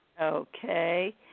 Okay